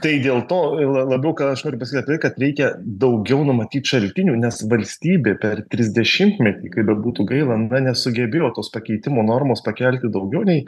tai dėl to labiau ką aš noriu pasakyt kad reikia daugiau numatyt šaltinių nes valstybė per trisdešimtmetį kaip bebūtų gaila na nesugebėjo tos pakeitimo normos pakelti daugiau nei